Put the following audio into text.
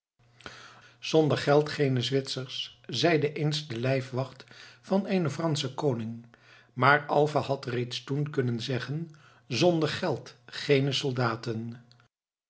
zonder geld geene zwitsers zeide eens de lijfwacht van eenen franschen koning maar alva had reeds toen kunnen zeggen zonder geld geene soldaten